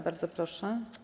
Bardzo proszę.